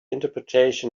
interpretation